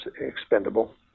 expendable